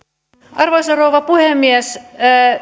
arvoisa rouva puhemies